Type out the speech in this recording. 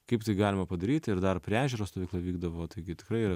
kaip tai galima padaryt ir dar prie ežero stovykla vykdavo taigi tikrai yra